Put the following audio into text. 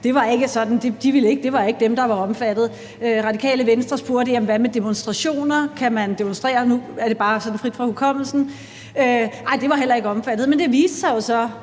det var ikke dem, der var omfattet. Radikale Venstre spurgte: Hvad med demonstrationer, og kan man demonstrere? Og nu er det bare sådan frit fra hukommelsen, men nej, det var heller ikke omfattet. Men det viste sig jo så